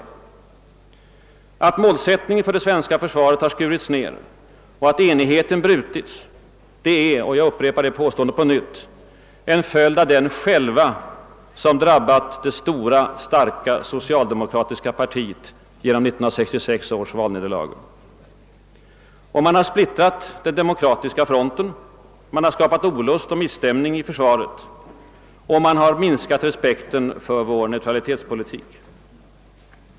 Att målsättningen för det svenska försvaret har skurits ned och att enigheten brutits är — jag upprepar det påståendet — en följd av den skälva som drabbat det stora starka socialdemokratiska partiet genom 1966 års valnederlag. Man har splittrat den demokratiska fronten, man har skapat olust och förstämning i försvaret och man har minskat respekten för vår neutralitetspolitik.